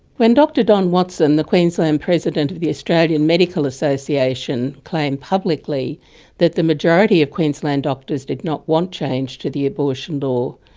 when dr don watson, the queensland president of the australian medical association claimed publicly that the majority of queensland doctors did not want change to the abortion law,